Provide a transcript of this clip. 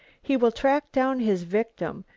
he will track down his victim,